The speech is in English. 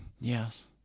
Yes